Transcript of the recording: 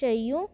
शयूं